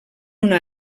una